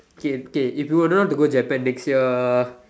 K K if you were the one to go Japan next year